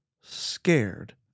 scared